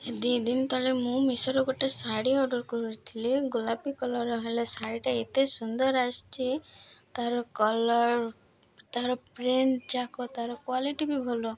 ଦୁଇ ଦିନ ତଳେ ମୁଁ ମେସୋର ଗୋଟେ ଶାଢ଼ୀ ଅର୍ଡ଼ର୍ କରିଥିଲି ଗୋଲାପି କଲର୍ ହେଲା ଶାଢ଼ୀଟା ଏତେ ସୁନ୍ଦର ଆସିଛି ତାର କଲର୍ ତାର ପ୍ରିଣ୍ଟ୍ ଯାକ ତାର କ୍ଵାଲିଟି ବି ଭଲ